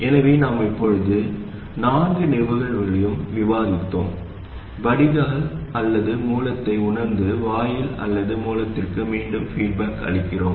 எனவே நாம் இப்போது நான்கு நிகழ்வுகளையும் விவாதித்தோம் வடிகால் அல்லது மூலத்தை உணர்ந்து வாயில் அல்லது மூலத்திற்கு மீண்டும் பீட்பாக் அளிக்கிறோம்